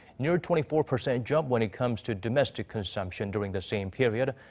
near twenty four percent jump when it comes to domestic consumption during the same period.